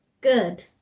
Good